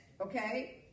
Okay